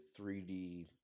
3D